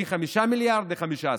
מ-5 מיליארד ל-15 מיליארד.